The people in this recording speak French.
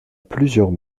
plusieurs